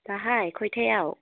दाहाय खयथायाव